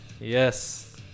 Yes